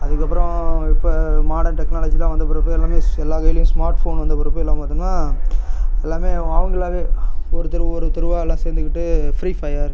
அதுக்கப்புறம் இப்போ மாடர்ன் டெக்னாலஜிலாம் வந்த பிறப்பு எல்லாமே எல்லா கையிலேயும் ஸ்மார்ட் ஃபோன் வந்து பிறப்பு எல்லாம் பார்த்தோம்னால் எல்லாமே அவங்களாவே ஒருத்தர் ஒருத்தருவா எல்லாம் சேர்ந்துக்கிட்டு ஃப்ரீ ஃபையர்